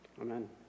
Amen